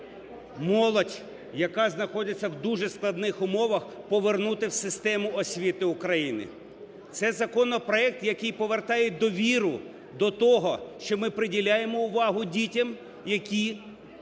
молодь, яка знаходиться в дуже складних умовах повернути в систему освіти України. Це законопроект, який повертає довіру до того, що ми приділяємо увагу дітям, які